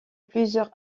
plusieurs